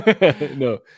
no